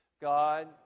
God